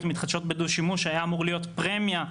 מתחדשות בדו-שימוש היה אמור להיות פרמיה,